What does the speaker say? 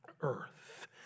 earth